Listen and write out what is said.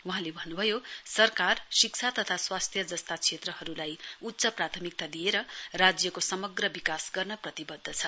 वहाँले भन्नुभयो सरकार शिक्षा तथा स्वास्थ्य जस्ता क्षेत्रहरुलाई उच्च प्राथमिकता दिएर राज्यको समग्र विकास गर्न प्रतिवध्द छ